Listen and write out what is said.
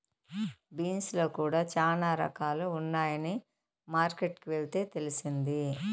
beans లో కూడా చానా రకాలు ఉన్నాయని మార్కెట్ కి వెళ్తే తెలిసింది